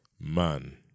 man